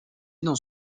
dans